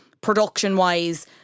production-wise